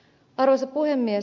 arvoisa puhemies